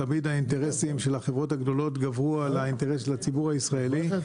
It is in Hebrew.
תמיד האינטרסים של החברות הגדולות גברו על האינטרס של הציבור הישראלי.